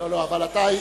לתת לאופוזיציה,